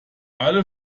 alle